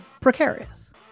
precarious